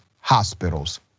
hospitals